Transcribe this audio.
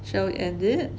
so end it